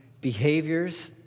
behaviors